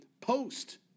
post-